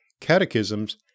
Catechisms